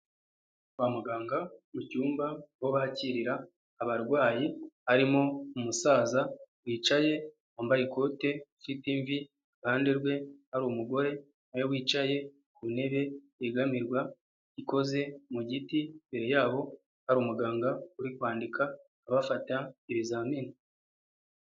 Kwa muganga, mu cyumba, aho bakirira abarwayi, harimo umusaza wicaye, wambaye ikote ufite imvi, iruhande rwe hari umugore na we wicaye ku ntebe yegamirwa, ikoze mu giti, imbere yabo hari umuganga uri kwandika abafata ibizamini.